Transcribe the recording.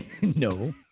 No